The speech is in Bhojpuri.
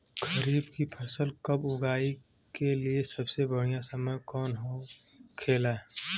खरीफ की फसल कब उगाई के लिए सबसे बढ़ियां समय कौन हो खेला?